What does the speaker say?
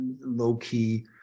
low-key